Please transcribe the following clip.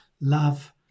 Love